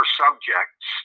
subjects